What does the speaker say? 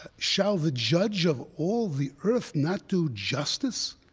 shall the judge of all the earth not do justice?